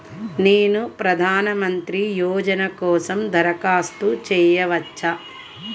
నేను ప్రధాన మంత్రి యోజన కోసం దరఖాస్తు చేయవచ్చా?